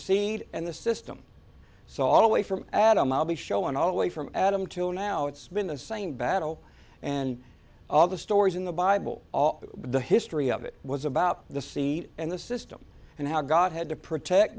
seed and the system sot away from adam i'll be showing all the way from adam to now it's been the same battle and all the stories in the bible all the history of it was about the sea and the system and how god had to protect